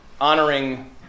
honoring